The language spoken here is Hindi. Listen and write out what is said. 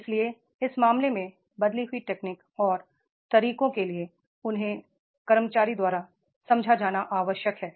इसलिए इस मामले में बदली हुई टेक्निक और तरीकों के लिए उन्हें कर्मचारी द्वारा समझा जाना आवश्यक है